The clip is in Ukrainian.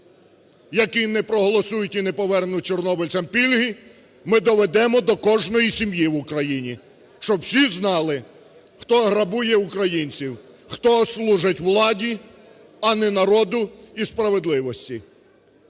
які не проголосують і не повернуть чорнобильцям пільги, ми доведемо до кожної сім'ї в Україні, щоб всі знали, хто грабує українців, хто служить владі, а не народу і справедливості.